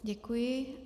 Děkuji.